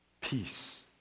peace